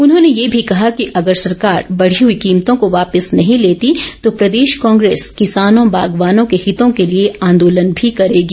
उन्होंने ये भी कहा कि अगर सरकार बढ़ी हुई कीमतों को वापिस नहीं लेती तो प्रदेश कांग्रेस किसानों बागवानों के हितों के लिए आंदोलन भी करेगी